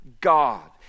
God